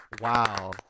Wow